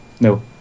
no